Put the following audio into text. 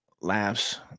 laughs